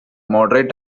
moderate